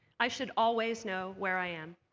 i should always know where i am.